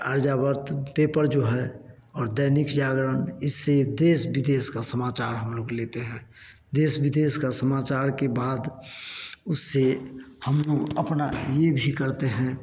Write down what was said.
अर्जाव्रत paper जो है और दैनिक जागरण इससे देश विदेश का समाचार हम लोग लेते हैं देश विदेश का समाचार के बाद उससे हम अपना ये भी करते हैं